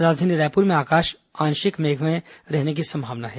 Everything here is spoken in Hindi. राजधानी रायपुर में आकाश आंशिक मेघमय रहने की संभावना है